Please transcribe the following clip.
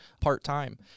part-time